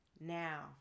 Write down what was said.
now